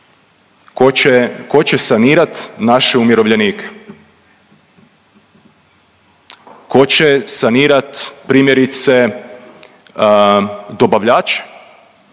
Ko će sanirat naše umirovljenike? Ko će sanirat primjerice dobavljače?